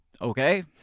Okay